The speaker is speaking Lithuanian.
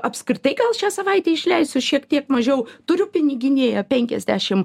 apskritai gal šią savaitę išleisiu šiek tiek mažiau turiu piniginėje penkiasdešim